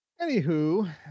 Anywho